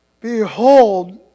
Behold